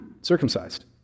circumcised